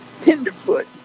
tenderfoot